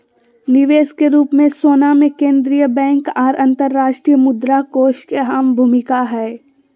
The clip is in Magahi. निवेश के रूप मे सोना मे केंद्रीय बैंक आर अंतर्राष्ट्रीय मुद्रा कोष के अहम भूमिका हय